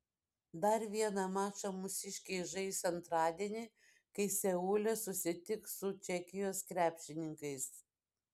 dar vieną mačą mūsiškiai žais antradienį kai seule susitiks su čekijos krepšininkais